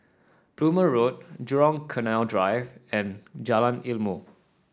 Plumer Road Jurong Canal Drive and Jalan Ilmu